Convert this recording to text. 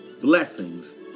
blessings